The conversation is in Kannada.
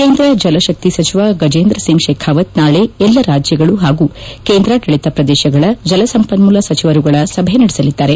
ಕೇಂದ್ರ ಜಲಶಕ್ತಿ ಸಚಿವ ಗಜೇಂದ್ರ ಸಿಂಗ್ ಶೇಖಾವತ್ ನಾಳೆ ಎಲ್ಲ ರಾಜ್ಯಗಳು ಹಾಗೂ ಕೇಂದ್ರಾದಳಿತ ಪ್ರದೇಶಗಳ ಜಲಸಂಪನ್ಮ್ಲ ಸಚಿವರುಗಳ ಸಭೆ ನಡೆಸಲಿದ್ದಾರೆ